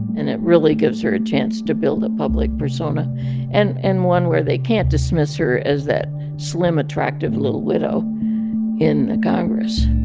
and it really gives her a chance to build a public persona and and one where they can't dismiss her as that slim, attractive little widow in the congress